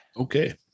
Okay